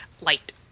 light